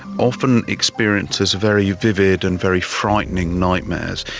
often experiences very vivid and very frightening nightmares,